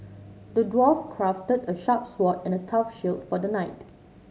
the dwarf crafted a sharp sword and tough shield for the knight